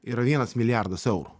yra vienas milijardas eurų